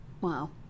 Wow